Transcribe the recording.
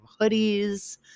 hoodies